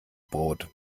brot